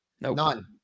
None